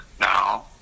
now